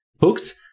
hooked